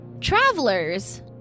travelers